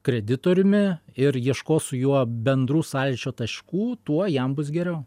kreditoriumi ir ieškos su juo bendrų sąlyčio taškų tuo jam bus geriau